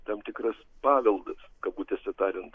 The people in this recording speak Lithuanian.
tam tikras paveldas kabutėse tariant